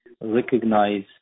recognize